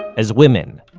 as women.